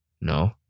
No